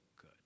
good